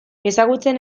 ezagutzen